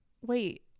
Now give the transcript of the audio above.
wait